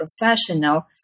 professional